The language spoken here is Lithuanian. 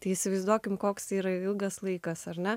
tai įsivaizduokime koks yra ilgas laikas ar na